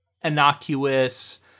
innocuous